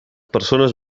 persones